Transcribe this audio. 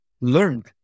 learned